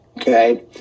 okay